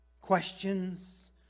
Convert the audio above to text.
questions